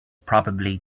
probably